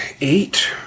eight